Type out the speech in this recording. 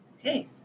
Okay